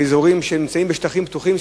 באזורים שנמצאים בשטחים פתוחים.